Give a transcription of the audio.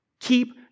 Keep